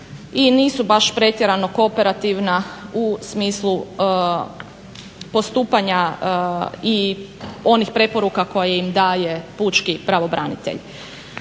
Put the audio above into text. i nisu baš pretjerano kooperativna u smislu postupanja i onih preporuka koje im daje pučki pravobranitelj.